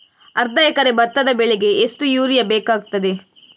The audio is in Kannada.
ಅರ್ಧ ಎಕರೆ ಭತ್ತ ಬೆಳೆಗೆ ಎಷ್ಟು ಯೂರಿಯಾ ಬೇಕಾಗುತ್ತದೆ?